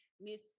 Miss